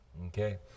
okay